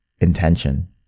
intention